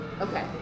Okay